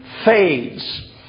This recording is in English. fades